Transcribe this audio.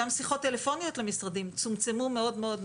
גם שיחות טלפוניות למשרדים צומצמו מאוד מאוד,